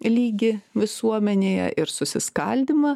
lygį visuomenėje ir susiskaldymą